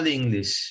English